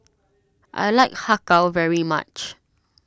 I like Har Kow very much